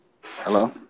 Hello